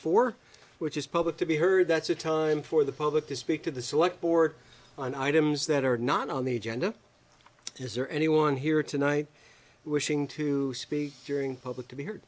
four which is public to be heard that's a time for the public to speak to the select board an item is that are not on the agenda is there anyone here tonight wishing to speak during public to be here